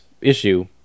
issue